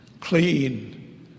clean